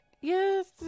Yes